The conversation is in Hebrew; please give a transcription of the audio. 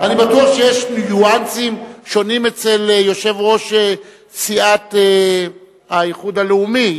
אני בטוח שיש ניואנסים שונים אצל יושב-ראש סיעת האיחוד הלאומי.